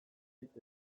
dit